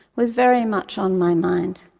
was very much on my mind.